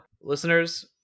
Listeners